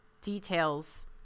details